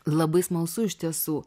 labai smalsu iš tiesų